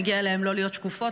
מגיע להן לא להיות שקופות.